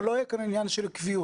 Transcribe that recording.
אבל לא יהיה כאן עניין של קביעות.